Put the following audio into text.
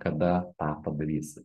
kada tą padarysi